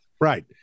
Right